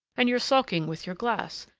and you're sulking with your glass.